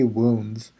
wounds